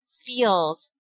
feels